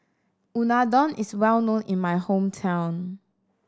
unadon is well known in my hometown